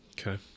Okay